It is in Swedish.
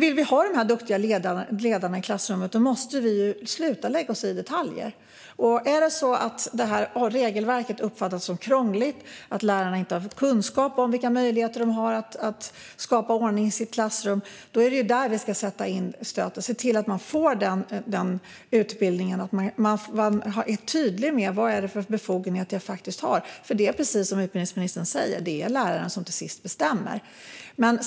vi vill ha de duktiga ledarna i klassrummet måste vi sluta att lägga oss i detaljer. Om regelverket uppfattas som krångligt och lärarna inte har kunskap om vilka möjligheter de har att skapa ordning i sitt klassrum är det där vi ska sätta in stöten och se till att ledarskap ingår i lärarutbildningen och att det är tydligt vilka befogenheter man faktiskt har. Precis som utbildningsministern säger är det ju läraren som till sist bestämmer.